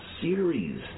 series